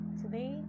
today